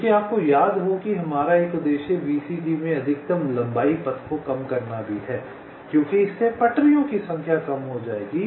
क्योंकि आपको याद है कि हमारा एक उद्देश्य VCG में अधिकतम लंबाई पथ को कम करना भी है क्योंकि इससे पटरियों की संख्या कम हो जाएगी